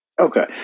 Okay